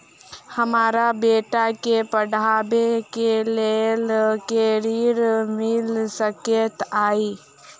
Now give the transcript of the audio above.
हमरा बेटा केँ पढ़ाबै केँ लेल केँ ऋण मिल सकैत अई?